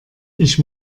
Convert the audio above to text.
ich